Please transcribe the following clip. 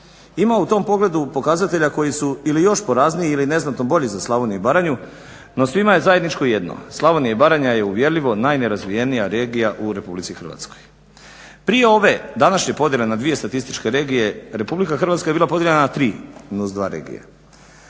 Ima u tom pogledu pokazatelja koji su ili još porazniji ili neznatno bolji za Slavoniju i Baranju no svima je zajedničko jedno Slavoniju i Baranja je uvjerljivo najnerazvijenija regija u RH. Prije ove današnje podjele na dvije statističke regije RH je bila podijeljena na tri NUC2 regije,